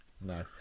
No